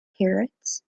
parrots